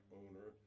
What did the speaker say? owner